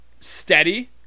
steady